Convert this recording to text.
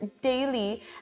daily